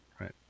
right